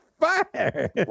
fire